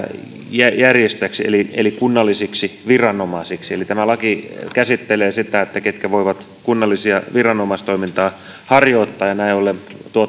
järjestäjiksi eli eli kunnallisiksi viranomaisiksi tämä laki käsittelee sitä ketkä voivat kunnallista viranomaistoimintaa harjoittaa ja näin ollen